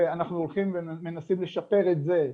ואנחנו הולכים ומנסים לשפר את זה.